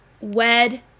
Wed